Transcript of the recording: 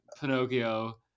Pinocchio